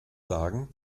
sagen